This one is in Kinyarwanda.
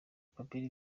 kabila